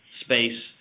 space